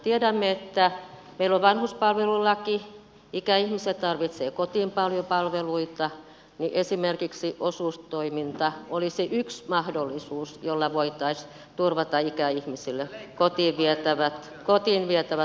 tiedämme että meillä on vanhuspalvelulaki ikäihmiset tarvitsevat kotiin paljon palveluita ja esimerkiksi osuustoiminta olisi yksi mahdollisuus jolla voitaisiin turvata ikäihmisille kotiin vietävät palvelut